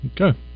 Okay